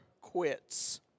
quits